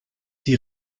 die